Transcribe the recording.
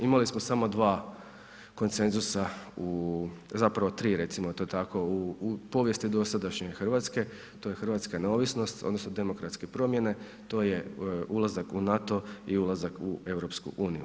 Imali smo samo dva konsenzusa, zapravo tri recimo to tako u povijesti dosadašnje Hrvatske, to je hrvatska neovisnost odnosno demokratske promjene, to je ulazak u NATO i ulazak u EU.